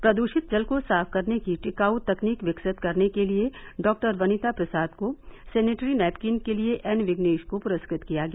प्रदूषित जल को साफ करने की टिकाऊ तकनीक विकसित करने के लिए डॉक्टर वनिता प्रसाद को सेनेटरी नैपकिन के लिए एन विगनेश को पुरस्कृत किया गया